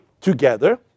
together